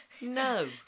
No